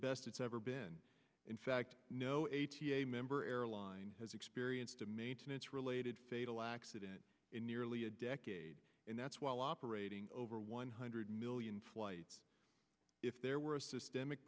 best it's ever been in fact no eighty a member airlines has experienced a maintenance related fatal accident in nearly a decade and that's while operating over one hundred million flights if there were a systemic